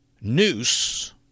noose